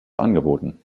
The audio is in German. angeboten